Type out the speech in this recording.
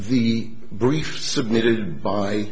the briefs submitted by